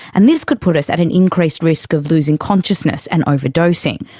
and this could put us at an increased risk of losing consciousness and overdosing.